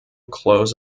close